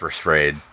sprayed